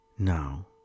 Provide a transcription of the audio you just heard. Now